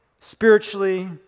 spiritually